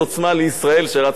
לגיטימי לחלוטין.